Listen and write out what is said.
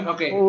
Okay